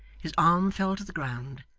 his arm fell to the ground,